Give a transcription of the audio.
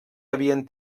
havien